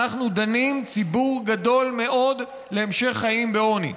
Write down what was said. אנחנו דנים ציבור גדול מאוד להמשך חיים בעוני.